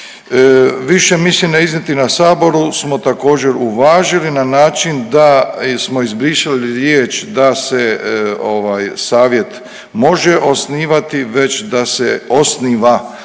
Više mišljenja iznijetih na Saboru smo također uvažili na način da smo izbrisali riječ „da se ovaj savjet može osnivati“ već „da se osniva“.